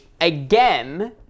again